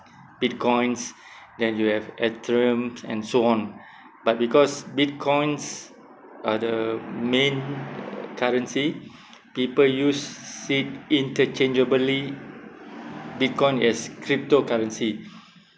Bitcoins then you have atrium and so on but because Bitcoins are the main currency people use it inter changeably Bitcoin is cryptocurrency